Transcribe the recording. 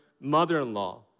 mother-in-law